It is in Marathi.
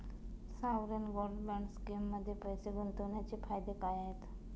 सॉवरेन गोल्ड बॉण्ड स्कीममध्ये पैसे गुंतवण्याचे फायदे काय आहेत?